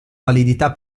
validità